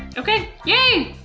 okay, yay!